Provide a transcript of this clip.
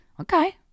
Okay